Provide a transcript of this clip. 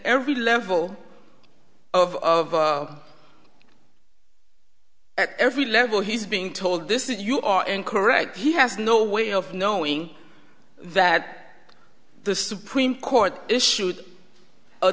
every level of every level he's being told this is you are incorrect he has no way of knowing that the supreme court issued a